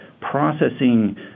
processing